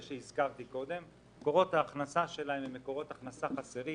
שהזכרתי קודם - הן מקורות הכנסה חסרים,